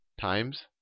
times